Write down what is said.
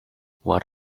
what